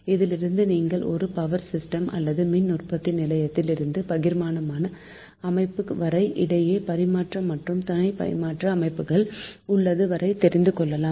இதிலிருந்து நீங்கள் ஒரு பவர் சிஸ்டம் ஆனது மின்னுற்பத்தி நிலையத்தில் இருந்து பகிர்மான அமைப்பு வரை இடையே பரிமாற்ற மற்றும் துணை பரிமாற்ற அமைப்புகள் உள்ளது வரை தெரிந்துகொள்ளலாம்